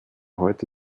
heute